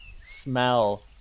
smell